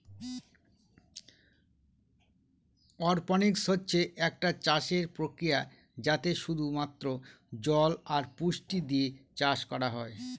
অরপনিক্স হচ্ছে একটা চাষের প্রক্রিয়া যাতে শুধু মাত্র জল আর পুষ্টি দিয়ে চাষ করা হয়